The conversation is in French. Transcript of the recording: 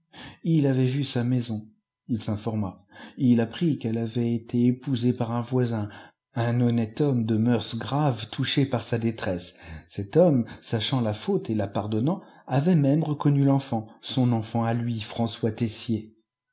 ii avait vu sa maison il s'informa ii apprit qu'elle avait été épousée par un voisin un honnête homme de mœurs graves touché par sa détresse cet homme sachant la faute et la pardonnant avait même reconnu l'enfant son enfant à lui françois